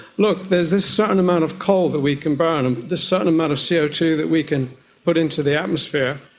look, there's this certain amount of coal that we can burn and this certain amount of c o two that we can put into the atmosphere,